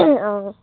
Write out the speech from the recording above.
অঁ